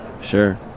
Sure